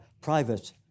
private